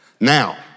Now